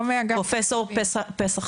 פרופ' פסח